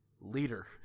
leader